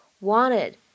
wanted